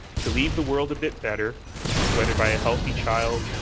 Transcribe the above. to leave the world a bit better whether by a healthy child,